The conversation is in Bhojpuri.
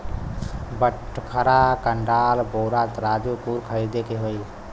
बटखरा, कंडाल, बोरा, तराजू कुल खरीदे के होई